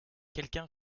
quelqu’un